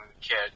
kid